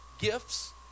gifts